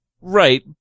right